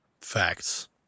Facts